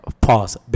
pause